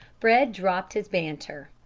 fred dropped his banter.